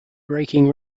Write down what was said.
breaking